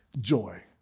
joy